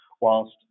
whilst